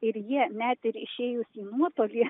ir jie net ir išėjus į nuotolį